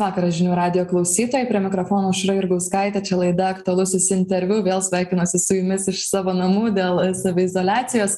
vakaras žinių radijo klausytojai prie mikrofono aušra jurgauskaitė čia laida aktualusis interviu vėl sveikinuosi su jumis iš savo namų dėl saviizoliacijos